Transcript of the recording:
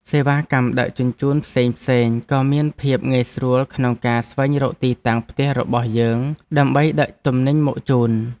សេវាកម្មដឹកជញ្ជូនផ្សេងៗក៏មានភាពងាយស្រួលក្នុងការស្វែងរកទីតាំងផ្ទះរបស់យើងដើម្បីដឹកទំនិញមកជូន។